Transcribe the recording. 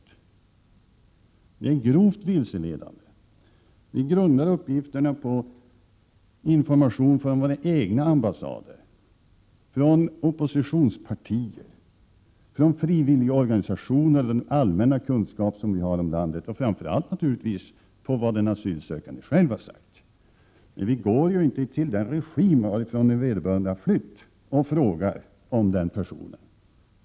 Ett sådant påstående är grovt vilseledande. Vi grundar vår bedömning på information från våra egna ambassader, från oppositionspartier, frivilliga organisationer, den allmänna kunskap vi har om landet och naturligtvis framför allt på vad den asylsökande själv har sagt. Men vi går inte till den regim varifrån vederbörande har flytt för att få uppgifter om personen.